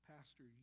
Pastor